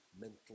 mental